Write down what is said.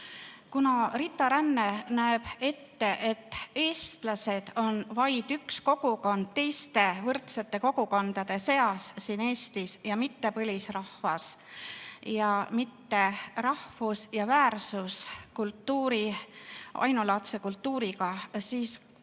Kuna RITA-ränne näeb ette, et eestlased on vaid üks kogukond teiste võrdsete kogukondade seas siin Eestis ja mitte põlisrahvas ja mitte rahvus oma kultuuri, ainulaadse kultuuriga, siis paraku